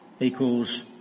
Equals